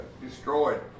destroyed